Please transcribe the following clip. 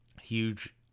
huge